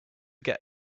get